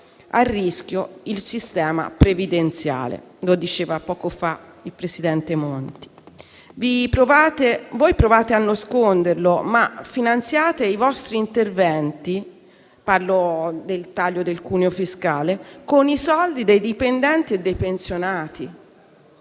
a rischio il sistema previdenziale. Lo diceva poco fa il presidente Monti. Voi provate a nasconderlo, ma finanziate i vostri interventi - parlo del taglio del cuneo fiscale - con i soldi dei dipendenti e dei pensionati